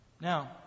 Now